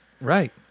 Right